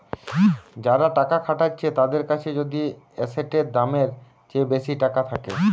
যারা টাকা খাটাচ্ছে তাদের কাছে যদি এসেটের দামের চেয়ে বেশি টাকা থাকে